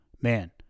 Man